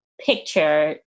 picture